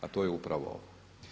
A to je upravo ovo.